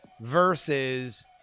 versus